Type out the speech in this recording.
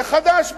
זה חדש בשבילי,